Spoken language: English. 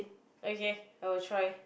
okay I will try